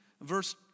verse